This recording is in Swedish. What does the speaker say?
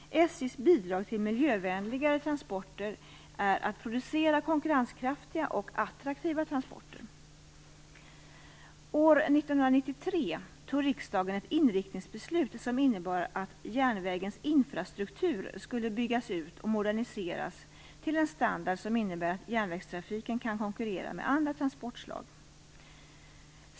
SJ:s bidrag till miljövänligare transporter är att producera konkurrenskraftiga och attraktiva transporter. År 1993 tog riksdagen ett inriktningsbeslut som innebar att järnvägens infrastruktur skulle byggas ut och moderniseras till en standard som innebär att järnvägstrafiken kan konkurrera med andra transportslag.